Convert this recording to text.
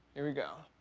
here we go.